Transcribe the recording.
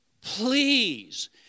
please